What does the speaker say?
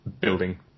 building